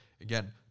again